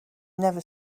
never